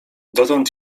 dotąd